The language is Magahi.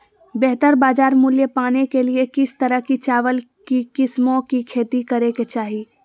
बेहतर बाजार मूल्य पाने के लिए किस तरह की चावल की किस्मों की खेती करे के चाहि?